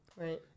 Right